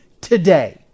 today